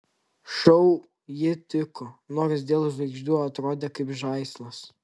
šou ji tiko nors dėl žvaigždžių atrodė kaip žaislas